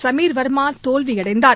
சமீர் வர்மா தோல்வி அடைந்தார்